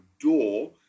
door